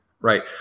right